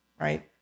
right